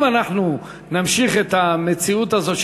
אם אנחנו נמשיך את המציאות הזאת,